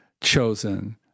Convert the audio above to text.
chosen